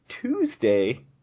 Tuesday